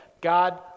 God